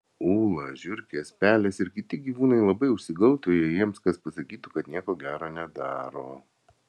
ūla žiurkės pelės ir kiti gyvūnai labai užsigautų jei jiems kas pasakytų kad nieko gera nedaro